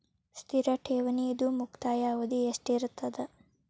ಸ್ಥಿರ ಠೇವಣಿದು ಮುಕ್ತಾಯ ಅವಧಿ ಎಷ್ಟಿರತದ?